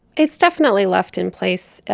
it's definitely left in place,